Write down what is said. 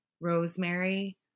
rosemary